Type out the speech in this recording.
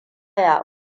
ya